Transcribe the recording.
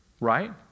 Right